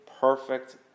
perfect